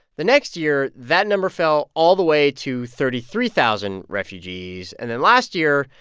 the next year, that number fell all the way to thirty three thousand refugees. and then last year,